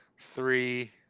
three